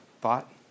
thought